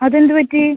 അതെന്ത് പറ്റി